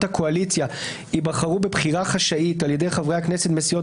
הקואליציה ייבחרו בבחירה חשאית על ידי חברי הכנסת מסיעות